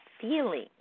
feeling